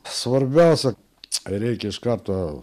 svarbiausia reikia iš karto